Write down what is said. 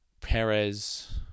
Perez